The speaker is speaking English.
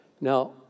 Now